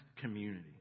community